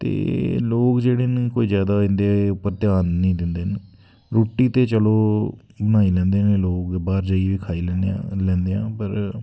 ते लोग जेह्ड़े न इंदे उप्पर जादा ध्यान निं दिंदे न रुट्टी ते चलो मज़ा लैंदे न लोग बाहर जाइयै खाई लैने आं लैंदे आं पर